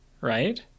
right